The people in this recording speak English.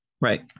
right